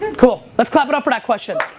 cool. let's clap it up for that question.